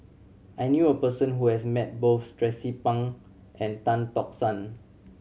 I knew a person who has met both Tracie Pang and Tan Tock San